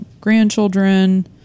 grandchildren